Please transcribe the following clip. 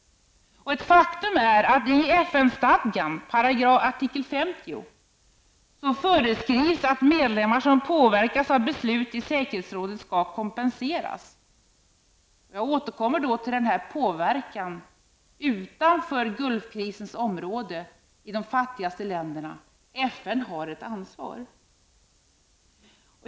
Ett faktum är att det i FN-stadgan, artikel 50, föreskrivs att medlemmar som påverkas av beslut i säkerhetsrådet skall kompenseras. Jag återkommer här till påverkan utanför Gulfkrisens område i de fattigaste länderna. FN har ett ansvar.